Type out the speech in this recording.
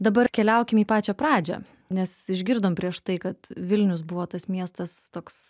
dabar keliaukim į pačią pradžią nes išgirdom prieš tai kad vilnius buvo tas miestas toks